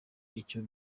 icyo